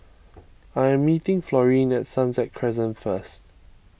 I am meeting Florine at Sunset Crescent first